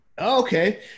Okay